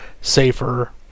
safer